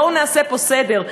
בואו נעשה פה סדר,